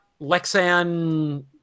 Lexan